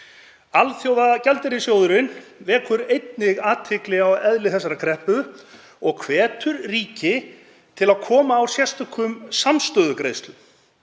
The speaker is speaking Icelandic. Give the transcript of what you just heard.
Alþjóðagjaldeyrissjóðurinn vekur einnig athygli á eðli þessarar kreppu og hvetur ríki til að koma á sérstökum samstöðugreiðslum